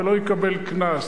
ולא יקבל קנס.